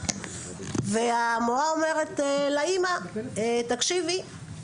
והמורה אומרת לאמא תקשיבי,